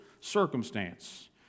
circumstance